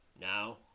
Now